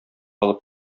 алып